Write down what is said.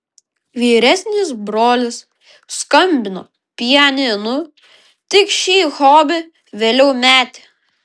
vyresnis brolis skambino pianinu tik šį hobį vėliau metė